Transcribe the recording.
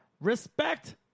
respect